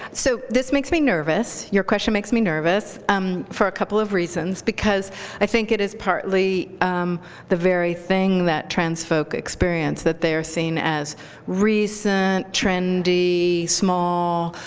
so this makes me nervous. your question makes me nervous um for a couple of reasons. because i think it is partly the very thing that trans folk experience, that they're seen as recent, trendy, small,